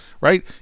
right